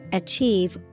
achieve